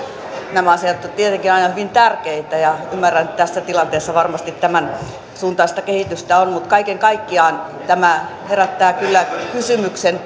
nämä asiat ovat tietenkin aina hyvin tärkeitä ja ymmärrän tässä tilanteessa että varmasti tämänsuuntaista kehitystä on mutta kaiken kaikkiaan tämä herättää kyllä kysymyksen